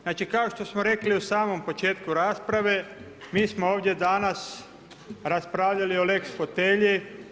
Znači kao što smo rekli u samom početku rasprave, mi smo ovdje danas raspravljali o Lex fotelji.